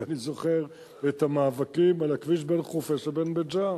הרי אני זוכר את המאבקים על הכביש בין חורפיש לבין בית-ג'ן